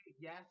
Yes